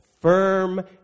firm